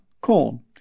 corn